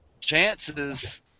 chances